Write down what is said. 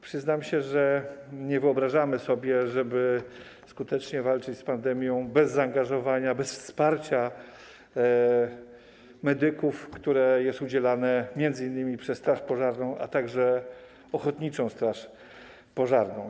Przyznam się, że nie wyobrażamy sobie, żeby skutecznie walczyć z pandemią bez zaangażowania, bez wsparcia, które jest udzielane m.in. przez straż pożarną, a także ochotniczą straż pożarną medykom.